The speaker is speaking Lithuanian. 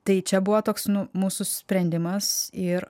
tai čia buvo toks nu mūsų sprendimas ir